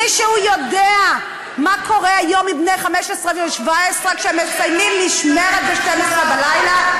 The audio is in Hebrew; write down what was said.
מישהו יודע מה קורה היום עם בני 15 ו-17 כשהם מסיימים משמרת ב-12 בלילה?